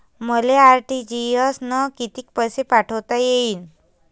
मले आर.टी.जी.एस न कितीक पैसे पाठवता येईन?